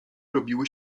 robiły